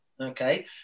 Okay